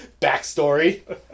backstory